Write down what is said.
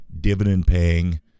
dividend-paying